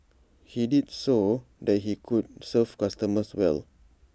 he did IT so that he could serve customers well